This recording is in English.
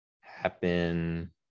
happen